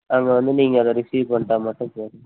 அங்கே வந்து நீங்கள் அதை ரிசீவ் பண்ணிட்டா மட்டும் போதும்